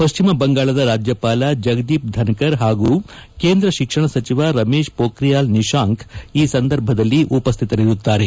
ಪಶ್ಚಿಮ ಬಂಗಾಳದ ರಾಜ್ಙಪಾಲ ಜಗದೀಪ್ ಧನ್ಕರ್ ಹಾಗೂ ಕೇಂದ್ರ ಶಿಕ್ಷಣ ಸಚಿವ ರಮೇಶ್ ಹೋಖ್ರಿಯಾಲ್ ನಿಶಾಂಕ್ ಈ ಸಂದರ್ಭದಲ್ಲಿ ಉಪಸ್ಥಿತರಿರುತ್ತಾರೆ